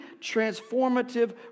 transformative